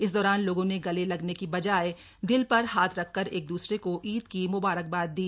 इस दौरान लोगों ने गले लगने की बजाय दिल पर हाथ रखकर एक द्सरे को ईद की मुबारकबाद दी